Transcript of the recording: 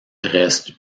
reste